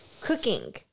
cooking